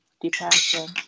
depression